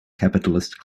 capitalist